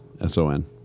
S-O-N